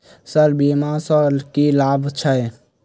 Sir बीमा सँ की लाभ छैय?